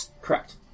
Correct